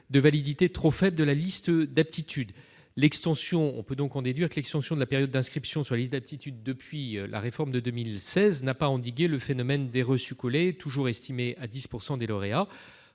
de validité trop faible de la liste d'aptitude. On peut donc en déduire que l'extension de la période d'inscription sur liste d'aptitude depuis 2016 n'a pas endigué le phénomène des « reçus-collés », toujours estimé à 10 % des lauréats.